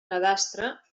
cadastre